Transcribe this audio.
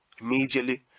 immediately